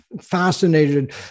fascinated